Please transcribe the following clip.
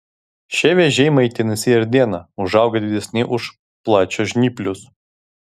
šie vėžiai maitinasi ir dieną užauga didesni už plačiažnyplius